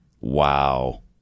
wow